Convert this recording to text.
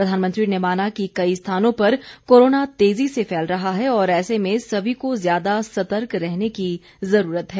प्रधानमंत्री ने माना कि कई स्थानों पर कोरोना तेज़ी से फैल रहा है और ऐसे में सभी को ज्यादा सतर्क रहने की ज़रूरत है